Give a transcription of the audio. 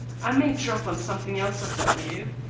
i may drop on something else of value.